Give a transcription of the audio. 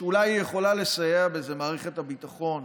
שאולי מערכת הביטחון